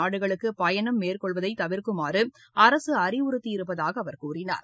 நாடுகளுக்கு பயணம் மேற்கொள்வதை தவிர்க்குமாறு அரசு அறிவுறுத்தியிருப்பதாக அவர் கூறினார்